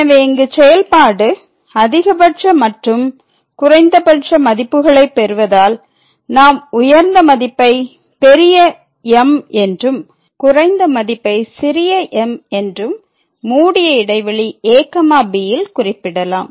எனவே இங்கு செயல்பாடு அதிகபட்ச மற்றும் குறைந்தபட்ச மதிப்புகளை பெறுவதால் நாம் உயர்ந்த மதிப்பை பெரிய M என்றும் குறைந்த மதிப்பை சிறிய m என்றும் மூடிய இடைவெளி a b யில் குறிப்பிடலாம்